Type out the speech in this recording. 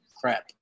crap